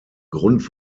grund